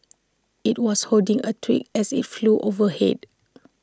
IT was holding A twig as IT flew overhead